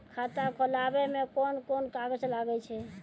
खाता खोलावै मे कोन कोन कागज लागै छै?